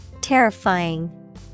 Terrifying